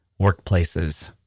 workplaces